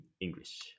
English